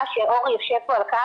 ואורי נמצא כאן על הקו,